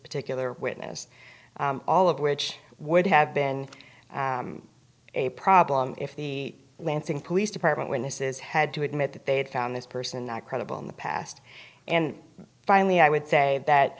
particular witness all of which would have been a problem if the lansing police department witnesses had to admit that they had found this person not credible in the past and finally i would say that